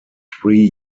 three